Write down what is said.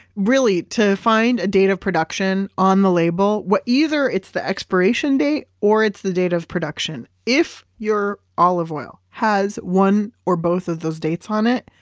really, to find a date of production on the label. either it's the expiration date or it's the date of production. if your olive oil has one or both of those dates on it,